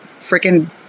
freaking